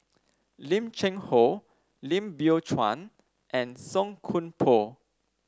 Lim Cheng Hoe Lim Biow Chuan and Song Koon Poh